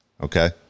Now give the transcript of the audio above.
okay